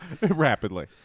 rapidly